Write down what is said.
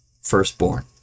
firstborn